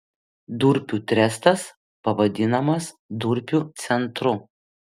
durpių trestas pavadinamas durpių centru